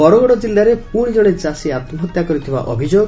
ବରଗଡ ଜିଲ୍ଲୁରେ ପୁଶି ଜଣେ ଚାଷୀ ଆତ୍କହତ୍ୟା କରିଥିବା ଅଭିଯୋଗ